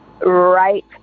right